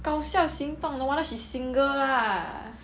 搞笑行动 no wonder she single lah